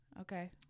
Okay